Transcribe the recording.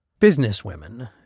Businesswomen